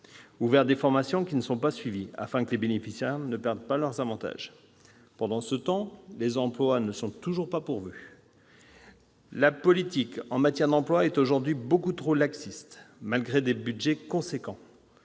sans débouchés ou qui ne sont pas suivies, afin que les bénéficiaires ne perdent pas leurs avantages. Pendant ce temps, des emplois ne sont toujours pas pourvus ! La politique en matière d'emplois est aujourd'hui beaucoup trop laxiste, malgré des budgets importants.